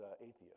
atheist